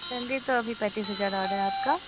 salary तो अभी पैँतीस हज़ार आ रही है आपका